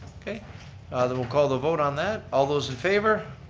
okay, then we'll call the vote on that. all those in favor?